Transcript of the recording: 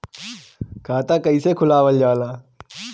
खाता कइसे खुलावल जाला?